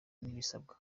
n’ibisabwa